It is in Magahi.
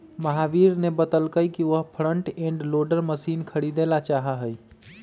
महावीरा ने बतल कई कि वह फ्रंट एंड लोडर मशीन खरीदेला चाहा हई